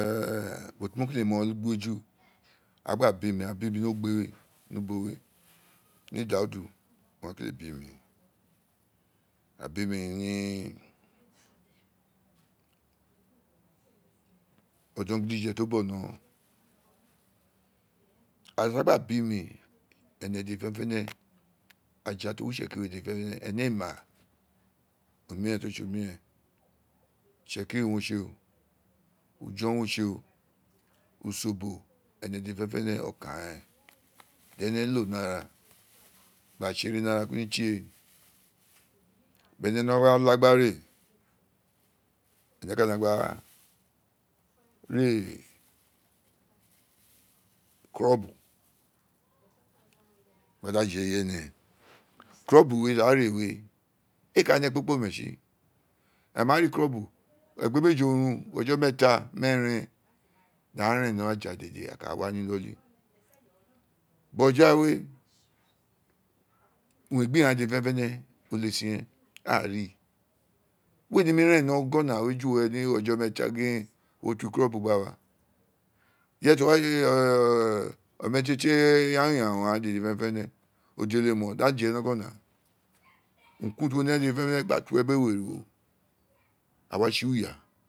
ubo ti mo kele mo gbeju aa gba bi mi aa bi mi ni ogbe we ni ubowe ni daudu owun aa kele bi ma aa bi mi ni ni odon gidije ti o bogho we i ra ti aa gba bi mi ene dede fenefene aja ti o wi itsekiri dede fenefene ene ee ma a no mmen ti o tse o no miren itsekiri wo tse ujo wo tse oo usobo ene dide fenefene okan ren di ene lo ni ara gba tse ere ni ara ku tie bi ene no laa gba re a ka no gba re club bi gba da je eye ene club bi we ti aa re we ee ka ne ekpikpone tsi a ma ri clubbi e gbele meji orun oji meeeta metren aa ren ni aja dede a ka wa ni iloli boja we urun eju ghaan dede ren o lesin reen aa rii we nemi ren ni ogona we ju were ni ojo meeta gin wo ti clubbi gha wa ireye to wa gege omatie tie yawun yawun ghaan dede fenafene ojole mo di aghaan die ni ogona urun kurun ti uwo ne dede gba tu uwo gege bi ewowo a wa tse uwo uya.